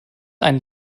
einen